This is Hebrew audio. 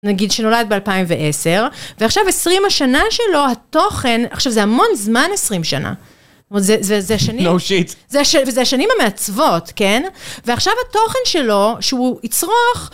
נגיד שנולד ב-2010, ועכשיו עשרים השנה שלו, התוכן, עכשיו זה המון זמן עשרים שנה, no shot, זה השנים המעצבות, כן, ועכשיו התוכן שלו שהוא יצרוך...